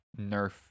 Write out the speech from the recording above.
nerf